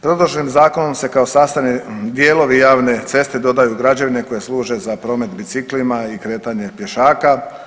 Predloženim zakonom se kao sastavni dijelovi javne ceste dodaju građevine koje služe za promet biciklima i kretanje pješaka.